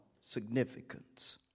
significance